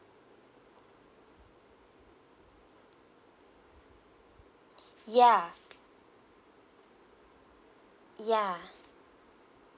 ya ya